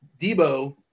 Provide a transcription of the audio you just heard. Debo